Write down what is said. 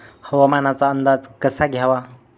हवामानाचा अंदाज कसा घ्यावा?